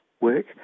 work